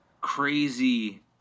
crazy